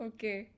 Okay